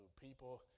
people